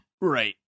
Right